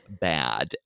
bad